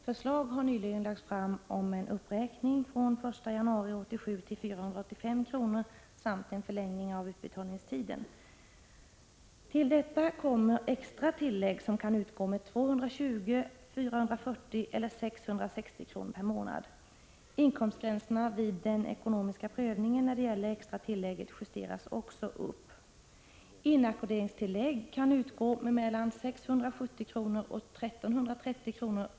Förslag har nyligen lagts fram om en uppräkning från den 1 januari 1987 till 485 kr. samt en förlängning av utbetalningstiden. Till detta kommer extra tillägg som kan utgå med 220, 440 eller 660 kr. per månad. Inkomstgränserna vid den ekonomiska prövningen när det gäller det extra tillägget justeras också upp. Inackorderingstillägg kan utgå med 670-1 330 kr.